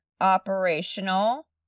operational